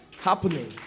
happening